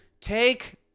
take